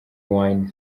wine